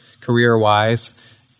career-wise